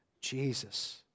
Jesus